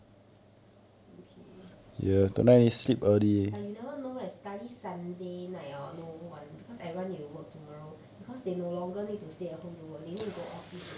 okay but you never know leh sekali sunday night hor no one because everyone need to work tomorrow because they no longer need to stay at home to work they need go office already